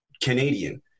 Canadian